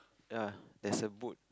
ya there's a boat